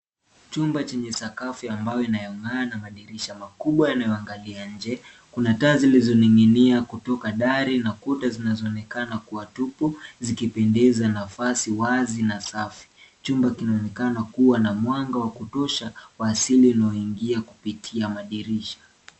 Chumba chenye sakafu ya mbao inayong'aa na madirisha makubwa inayoangalia nje. Kuna taa zilizoning'inia kutoka dari na kuta zinazoonekana kuwa tupu zikipendeza nafasi wazi na safi. Chumba kinaonekana kuwa na mwanga wakutosha wa asili unaoingia kupitia madirisha.